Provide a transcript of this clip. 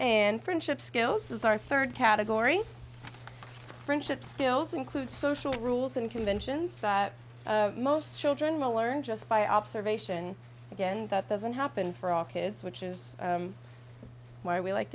and friendship skills is our third category friendship skills include social rules and conventions that most children will learn just by observation again that doesn't happen for all kids which is why we like